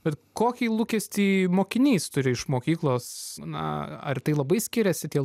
bet kokį lūkestį mokinys turi iš mokyklos na ar tai labai skiriasi tie